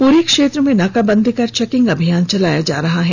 पूरे क्षेत्र में नाकाबंदी कर चेकिंग अभियान चलाया जा रहा है